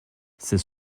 ces